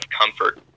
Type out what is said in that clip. comfort